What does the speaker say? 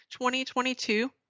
2022